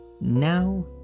Now